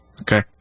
Okay